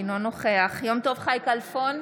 אינו נוכח יום טוב חי כלפון,